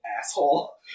asshole